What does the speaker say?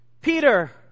Peter